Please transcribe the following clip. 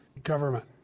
government